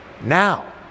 Now